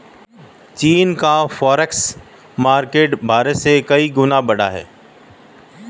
चीन का forex market Bharat से कई गुना बड़ा है